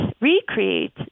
recreate